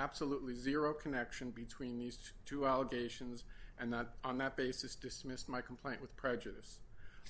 absolutely zero connection between these two allegations and not on that basis dismissed my complaint with prejudice